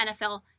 NFL